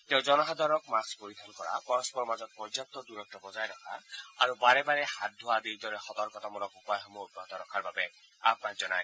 তেওঁ জনসাধাৰণক মাস্থ পৰিধান কৰা তথা পৰস্পৰৰ মাজত পৰ্যাপু দূৰত্ব বজাই ৰখা আৰু বাৰে বাৰে হাত ধোৱা আদিৰ দৰে সতৰ্কতামূলক উপায়সমূহ অব্যাহত ৰখাৰ বাবে আহান জনায়